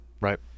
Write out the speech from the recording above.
Right